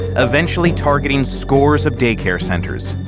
eventually targeting scores of daycare centers.